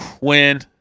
Win